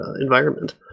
environment